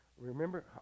remember